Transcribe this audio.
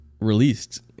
released